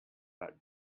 but